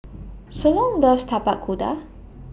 Solon loves Tapak Kuda